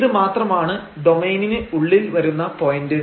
ഇത് മാത്രമാണ് ഡൊമൈനിന് ഉള്ളിൽ വരുന്ന പോയന്റ്